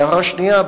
והערה שנייה,